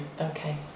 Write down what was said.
Okay